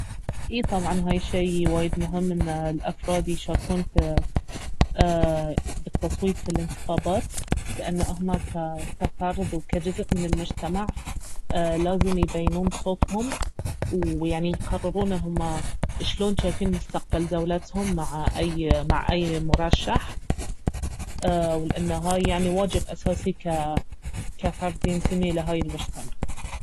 أي طبعا هاي الشيء وايد مهم انه الافراد يشاركون في بالتصويت في الانتخابات لانه اهما ك- كفرد وكجزء من المجتمع لازم يبينون صوتهم ويعني يقررون اهما شلون جايفين مستقبل دولتهم مع- مع أي مرشح ولأنه هاي يعني واجب أساسي كفرد ينتمي لهاي المجتمع